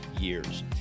years